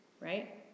Right